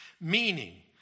Meaning